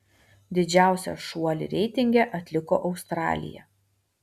didžiausią šuolį reitinge atliko australija